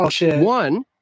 One